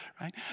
right